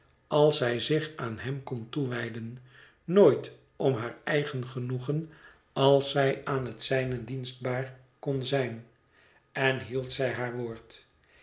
als zij zich aan hem kon toewijden nooit om haar eigen genoegen als zij aan het zijne dienstbaar kon zijn en hield zij haar woord